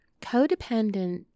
codependent